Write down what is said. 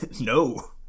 No